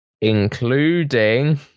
including